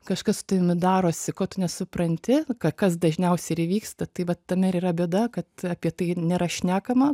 kažkas su tavimi darosi ko tu nesupranti kas dažniausiai ir įvyksta tai vat tame ir yra bėda kad apie tai nėra šnekama